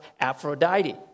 Aphrodite